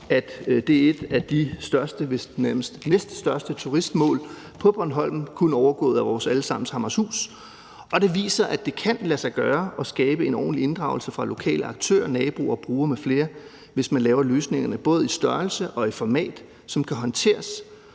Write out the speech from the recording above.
største, vist nærmest næststørste turistmål på Bornholm, kun overgået af vores alle sammens Hammershus. Det viser, at det kan lade sig gøre at skabe en ordentlig inddragelse af lokale aktører, naboer og brugere m.fl., hvis man laver løsningerne både i størrelse og i format, som kan håndteres.